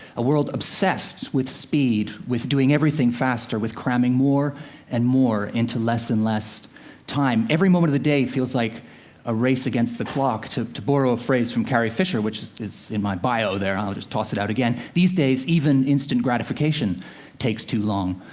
a world obsessed with speed, with doing everything faster, with cramming more and more into less and less time. every moment of the day feels like a race against the clock. to borrow a phrase from carrie fisher, which is is in my bio there i'll just toss it out again these days even instant gratification takes too long.